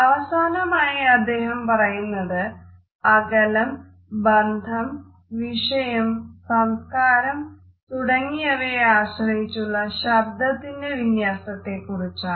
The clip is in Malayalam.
അവസാനമായി അദ്ദേഹം പറയുന്നത് അകലം ബന്ധം വിഷയം സംസ്കാരം തുടങ്ങിയവയെ ആശ്രയിച്ചുള്ള ശബ്ദത്തിന്റെ വിന്യസനത്തെക്കുറിച്ചാണ്